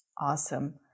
Awesome